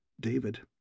David